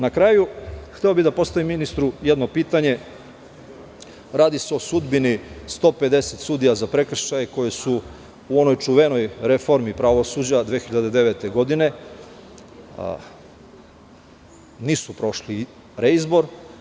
Na kraju, hteo bih da postavim ministru jedno pitanje, a radi se o sudbini 150 sudija za prekršaje, koji su u onoj čuvenoj reformi za pravosuđe 2009. godine, nisu prošli reizbor.